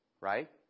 right